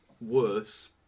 worse